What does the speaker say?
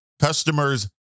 customers